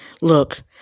Look